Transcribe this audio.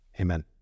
Amen